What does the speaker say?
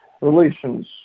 relations